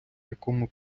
якому